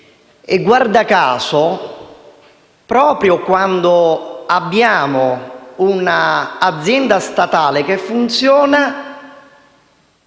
Guarda caso, proprio quando abbiamo un'azienda statale che funziona,